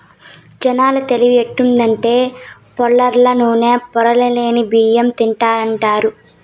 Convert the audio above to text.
జనాల తెలివి ఎట్టుండాదంటే పొరల్ల నూనె, పొరలేని బియ్యం తింటాండారు